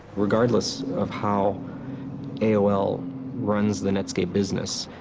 regardless of how aol runs the netscape business,